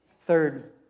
Third